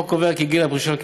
מאוד